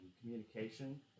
communication